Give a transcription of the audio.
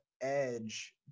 edge